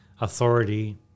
authority